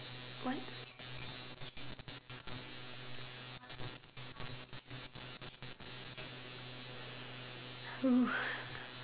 what